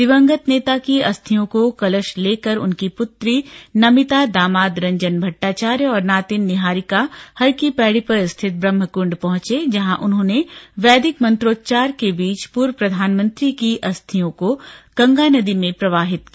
दिवंगत नेता की अस्थियों का कलश लेकर उनकी पुत्री नमिता दामाद रंजन भट्टाचार्य और नातिन निहारिका हर की पैड़ी पर स्थित ब्रहमकुंड पहुंचे जहां उन्होंने वैदिक मंत्रोच्वार के बीच पूर्व प्रधानमंत्री की अस्थियों को गंगा नदी में प्रवाहित किया